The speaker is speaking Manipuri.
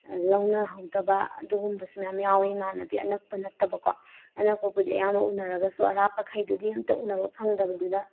ꯂꯧꯅꯍꯧꯗꯕ ꯑꯗꯨꯒꯨꯝꯕꯁꯨ ꯃꯌꯥꯝ ꯌꯥꯎꯑꯦ ꯏꯃꯥꯟꯅꯕꯤ ꯑꯅꯛꯄ ꯅꯠꯇꯕꯀꯣ ꯑꯅꯛꯄꯕꯨꯗꯤ ꯑꯌꯥꯝꯕ ꯎꯅꯔꯒꯁꯨ ꯑꯔꯥꯞꯄꯈꯩꯗꯨꯗꯤ ꯑꯝꯇ ꯎꯅꯕ ꯐꯪꯗꯕꯗꯨꯗ